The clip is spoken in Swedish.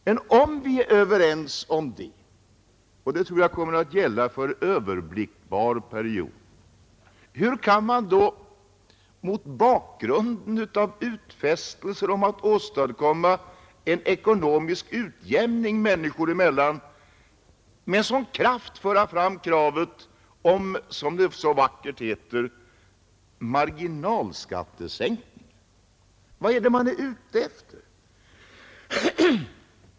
Men om vi är överens om detta — och det tror jag kommer att gälla under en överblickbar period — hur kan man då, mot bakgrunden av utfästelser om att åstadkomma en ekonomisk utjämning människor emellan, med sådan kraft föra fram kravet om, som det så vackert heter, marginalskattesänkning? Vad är det man är ute efter?